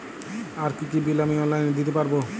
আর কি কি বিল আমি অনলাইনে দিতে পারবো?